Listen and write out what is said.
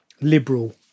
liberal